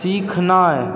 सीखनाइ